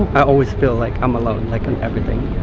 i always feel like i'm alone like in everything.